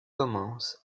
commence